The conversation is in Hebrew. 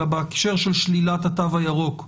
אלא בהקשר של שלילת התו הירוק.